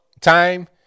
time